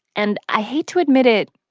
and i hate to admit it.